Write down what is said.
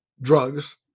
drugs